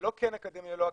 זה לא כן אקדמיה /לא אקדמיה.